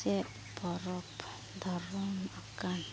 ᱪᱮᱫ ᱯᱚᱨᱚᱵᱽ ᱫᱷᱚᱨᱚᱱᱚᱜ ᱠᱟᱱ